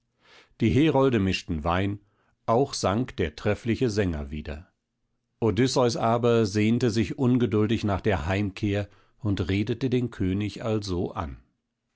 die herolde mischten wein auch sang der treffliche sänger wieder odysseus aber sehnte sich ungeduldig nach der heimkehr und redete den könig also an